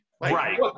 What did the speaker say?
Right